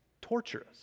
torturous